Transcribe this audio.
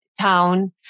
town